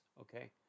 okay